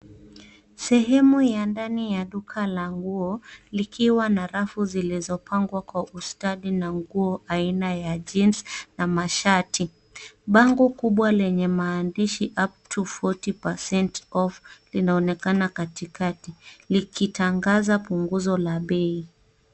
Sehemu ya ndani ya duka la nguo likiwa na rafu zilizopangwa kwa usadi na nguo aina ya jeans na mashati. Bango kubwa lenye maandishi upto forty percent [off] linaonekana katikati, ikitangaza punguzo la bei.